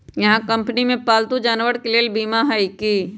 इहा कंपनी में पालतू जानवर के लेल बीमा हए कि?